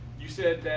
you said, that